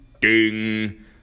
ding